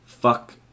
Fuck